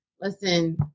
Listen